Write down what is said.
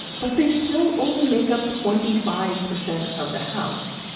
but they still only make up twenty five percent of the house.